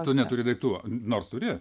tu neturi daiktų nors turi